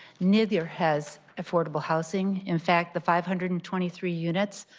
neither has affordable housing in fact, the five hundred and twenty three units,